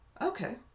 okay